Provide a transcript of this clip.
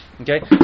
Okay